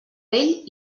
vell